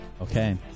Okay